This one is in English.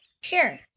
Sure